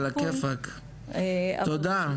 אנחנו בהצעה זו מעמתים את הפריפריה הגאוגרפית במדינת ישראל,